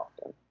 often